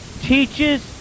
teaches